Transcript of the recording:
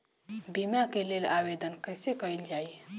बीमा के लेल आवेदन कैसे कयील जाइ?